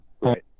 Right